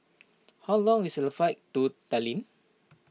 how long is the flight to Tallinn